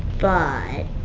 but.